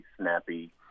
snappy